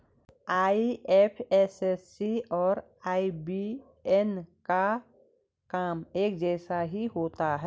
IFSC और IBAN का काम एक जैसा ही होता है